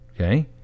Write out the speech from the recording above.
okay